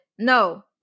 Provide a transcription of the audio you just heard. No